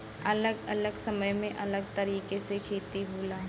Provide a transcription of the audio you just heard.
अलग अलग समय में अलग तरीके से खेती होला